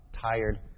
tired